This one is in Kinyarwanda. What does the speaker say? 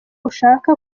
ushaka